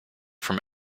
from